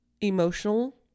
emotional